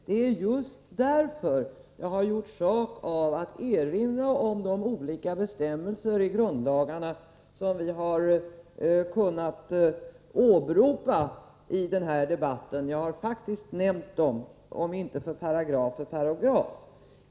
Det är just därför jag har gjort sak av och erinrat om de olika bestämmelser i grundlagarna som vi har kunnat åberopa i den här debatten. Jag har åberopat dem, om än inte paragraf för paragraf.